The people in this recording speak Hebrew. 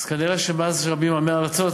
אז כנראה שמאז שרבים עמי הארצות,